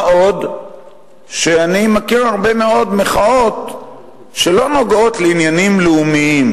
מה עוד שאני מכיר הרבה מאוד מחאות שלא נוגעות לעניינים לאומיים,